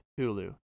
Hulu